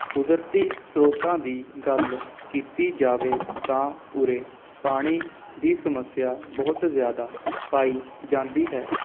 ਕੁਦਰਤੀ ਸ੍ਰੋਤਾਂ ਦੀ ਗੱਲ ਕੀਤੀ ਜਾਵੇ ਤਾਂ ਉਰੇ ਪਾਣੀ ਦੀ ਸਮੱਸਿਆ ਬਹੁਤ ਜ਼ਿਆਦਾ ਪਾਈ ਜਾਂਦੀ ਹੈ